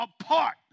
apart